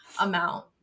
amount